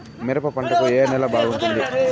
మిరప పంట కు ఏ నేల బాగుంటుంది?